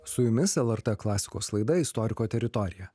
su jumis lrt klasikos laida istoriko teritorija